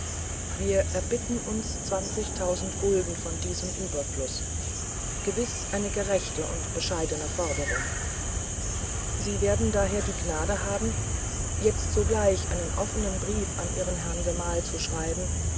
wir erbitten uns zwanzigtausend gulden von diesem überfluß gewiß eine gerechte und bescheidene forderung sie werden daher die gnade haben jetzt sogleich einen offenen brief an ihren gemahl zu schreiben